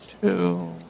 two